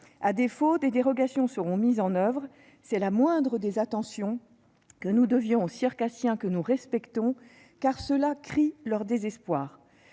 À défaut, des dérogations seront mises en oeuvre. C'est la moindre des attentions que nous devions aux circassiens, que nous respectons et qui crient leur désespoir.